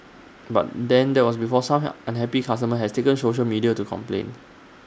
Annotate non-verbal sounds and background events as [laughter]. but then that was before some [unintelligible] unhappy customers has taken social media to complain